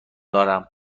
دارم